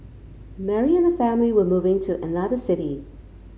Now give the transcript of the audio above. Mary and her family were moving to another city